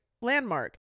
landmark